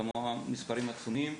כמובן מספרים עצומים.